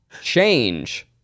change